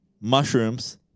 mushrooms